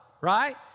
Right